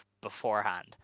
beforehand